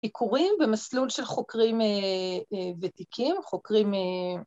עיקורים במסלול של חוקרים ותיקים, חוקרים...